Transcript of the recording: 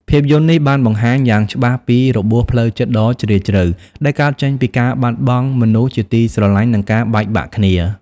ភាពយន្តនេះបានបង្ហាញយ៉ាងច្បាស់ពី របួសផ្លូវចិត្តដ៏ជ្រាលជ្រៅ ដែលកើតចេញពីការបាត់បង់មនុស្សជាទីស្រឡាញ់ និងការបែកបាក់គ្នា